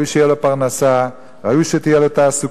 ראוי שתהיה לו פרנסה, ראוי שתהיה לו תעסוקה,